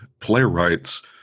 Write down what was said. playwrights